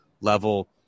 level